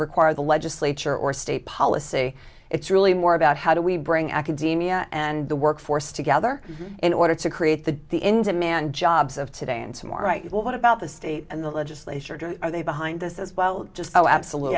require the legislature or state policy it's really more about how do we bring academia and the workforce together in order to create the the in to man jobs of today and tomorrow night what about the state and the legislature are they behind this as well just oh absolutely